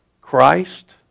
Christ